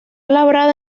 labrada